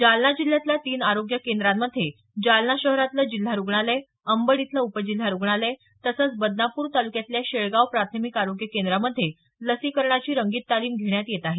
जालना जिल्ह्यातल्या तीन आरोग्य केंद्रांमध्ये जालना शहरातलं जिल्हा रुग्णालय अंबड इथलं उप जिल्हा रुग्णालय तसंच बदनापूर तालुक्यातल्या शेळगाव प्राथमिक आरोग्य केंद्रामध्ये लसीकरणाची रंगीत तालीम घेण्यात येत आहे